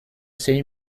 sei